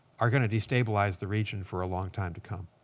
are going to destabilize the region for a long time to come.